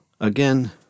Again